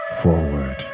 forward